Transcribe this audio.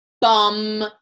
bum